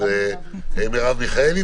של מירב מיכאלי,